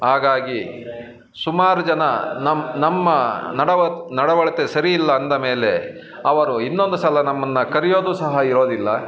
ಹಾಗಾಗಿ ಸುಮಾರು ಜನ ನಮ್ಮ ನಮ್ಮ ನಡವಳಕೆ ನಡವಳಕೆ ಸರಿ ಇಲ್ಲ ಅಂದ ಮೇಲೆ ಅವರು ಇನ್ನೊಂದು ಸಲ ನಮ್ಮನ್ನು ಕರಿಯೋದು ಸಹ ಇರೋದಿಲ್ಲ